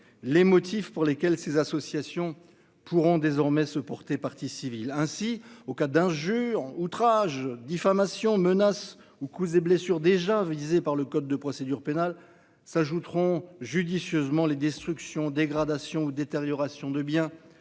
les motifs pour lesquels ces associations pourront désormais se porter partie civile ainsi au cas d'injure ou outrage, diffamation, menaces ou coups et blessures déjà visées par le code de procédure pénale s'ajouteront judicieusement les destruction, dégradation ou détérioration de biens